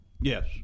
Yes